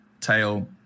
tail